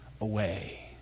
away